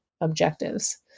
objectives